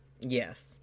Yes